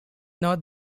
not